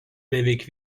beveik